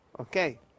Okay